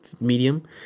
medium